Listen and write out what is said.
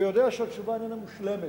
ויודע שהתשובה איננה מושלמת,